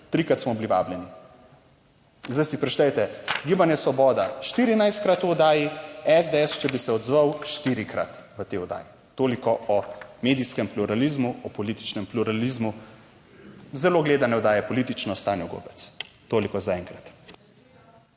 trikrat smo bili vabljeni. In zdaj si preštejte: Gibanje Svoboda 14-krat v oddaji, SDS, če bi se odzval, štirikrat v tej oddaji. Toliko o medijskem pluralizmu, o političnem pluralizmu zelo gledane oddaje Politično s Tanjo Gobec. Toliko zaenkrat.